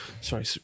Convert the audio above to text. Sorry